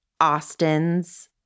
Austin's